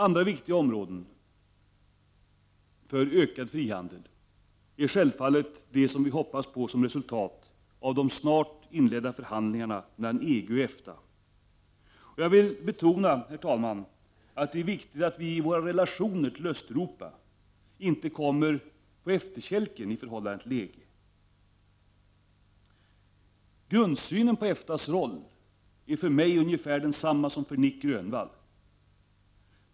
Andra viktiga områden för en ökad frihandel är självfallet det vi hoppas på som resultat av de snart inledda förhandlingarna mellan EG och EFTA. Jag vill, herr talman, betona att det är viktigt att vi i våra relationer till Östeuropa inte kommer på efterkälken i förhållande till EG. Min grundsyn vad avser EFTA:s roll är ungefär densamma som Nic Grönvalls.